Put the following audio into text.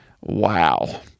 Wow